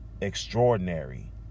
extraordinary